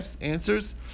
answers